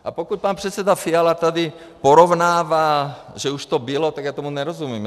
A pokud pan předseda Fiala tady porovnává, že už to bylo, tak já tomu nerozumím.